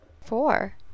Four